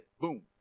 Boom